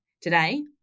Today